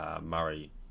Murray